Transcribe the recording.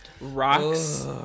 rocks